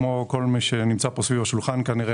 כמו כל מי שנמצא פה סביב השולחן כנראה,